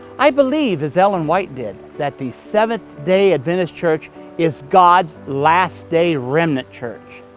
i believe as ellen white did, that the seventh-day adventist church is god's last-day remnant church.